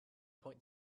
point